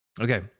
okay